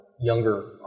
younger